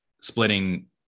splitting